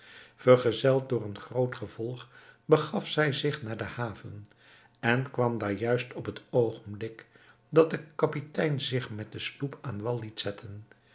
vergezeld door een groot gevolg begaf zij zich naar de haven en kwam daar juist op het oogenblik dat de kapitein zich met de sloep aan wal liet zetten